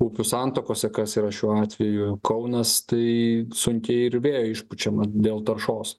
upių santakose kas yra šiuo atveju kaunas tai sunkiai ir vėjo išpučiama dėl taršos